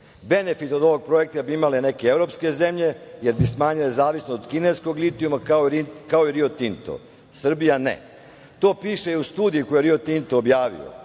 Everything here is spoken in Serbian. Benefit od ovog projekta bi imale neke evropske zemlje, jer bi smanjile zavisnost od kineskog litijuma, kao i Rio Tinto. Srbija ne. To piše i u studiji koju je Rio Tinto objavio. Ozbiljni